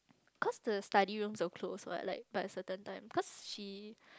cause the study will close what like but certain time cause she